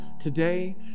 today